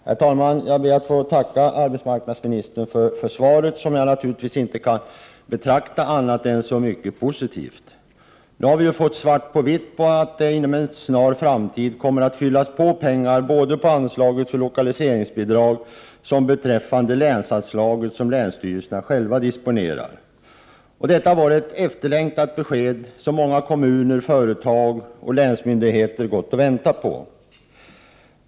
Herr talman! Jag ber att få tacka arbetsmarknadsministern för svaret, som jag naturligtvis inte kan betrakta som annat än mycket positivt. Nu har vi fått svart på vitt på att det inom en snar framtid kommer att fyllas på pengar både på anslaget för lokaliseringsbidrag och beträffande anslaget för regionala utvecklingsinsatser eller det s.k. länsanslaget som länsstyrelserna själva disponerar. Detta var ett besked som många kommuner, företag och länsmyndigheter gått och väntat på.